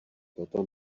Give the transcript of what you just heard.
toto